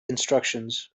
instructions